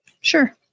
Sure